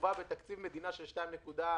לווה בתקציב מדינה של 2.6,